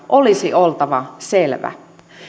olisi oltava selvä